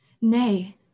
Nay